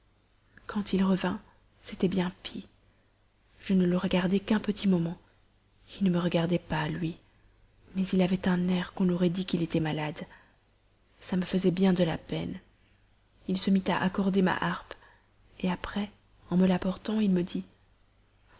quand il revint c'était bien pis je ne le regardai qu'un petit moment il ne me regardait pas lui mais il avait un air qu'on aurait dit qu'il était malade ça me faisait bien de la peine il se mit à accorder ma harpe après en me l'apportant il me dit